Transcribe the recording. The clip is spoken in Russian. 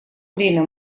время